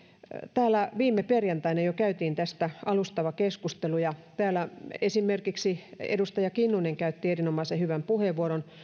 täällä viime perjantaina jo käytiin tästä alustava keskustelu ja täällä esimerkiksi edustaja kinnunen käytti erinomaisen hyvän puheenvuoron